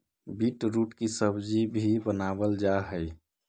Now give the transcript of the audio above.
beetroot की सब्जी भी बनावाल जा हई